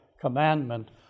commandment